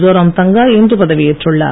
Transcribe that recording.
சோராம்தங்கா இன்று பதவி ஏற்றுள்ளார்